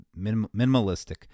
minimalistic